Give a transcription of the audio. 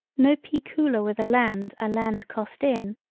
no pea cooler with a land a land cost in,